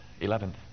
Eleventh